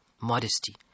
modesty